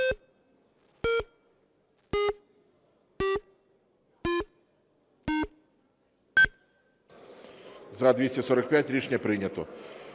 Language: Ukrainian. За-245 Рішення прийнято.